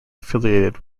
affiliated